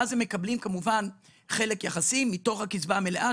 שאז הם מקבלים חלק יחסי מתוך הקצבה המלאה,